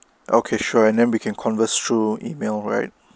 okay sure and then we can converse through email right